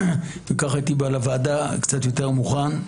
וכך הייתי בא לוועדה קצת יותר מוכן.